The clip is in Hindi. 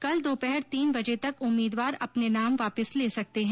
कल दोपहर तीन बजे तक उम्मीद्वार अपने नाम वापिस ले सकते है